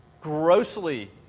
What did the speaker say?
grossly